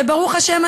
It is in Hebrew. וברוך השם,